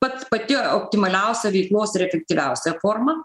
pats pati optimaliausia veiklos ir efektyviausia forma